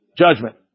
judgment